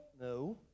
No